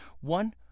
One